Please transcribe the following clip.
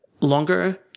longer